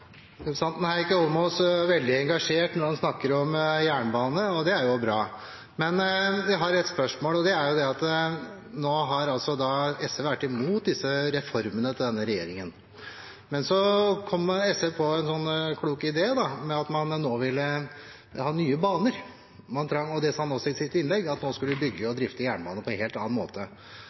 veldig engasjert når han snakker om jernbane, og det er jo bra. Men jeg har et spørsmål. Nå har altså SV vært imot reformene til denne regjeringen, men så kom SV på en sånn klok idé om at man nå ville ha Nye Baner – og det sa han også i sitt innlegg, at nå skulle vi bygge og drifte jernbane på en helt annen måte.